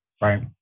right